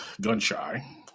gun-shy